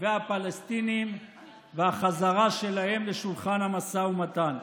והפלסטינים והחזרה שלהם לשולחן המשא ומתן.